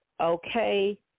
okay